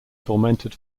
tormented